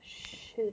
shit